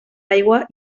aigua